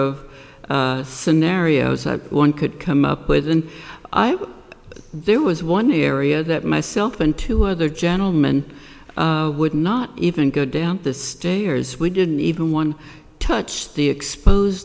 of scenarios one could come up with and i was there was one area that myself and two other gentleman would not even go down the stairs we didn't even one touch the exposed